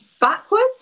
backwards